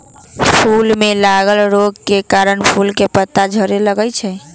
फूल में लागल रोग के कारणे फूल के पात झरे लगैए छइ